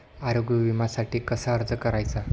आरोग्य विम्यासाठी कसा अर्ज करायचा?